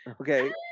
Okay